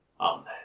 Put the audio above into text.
Amen